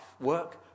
work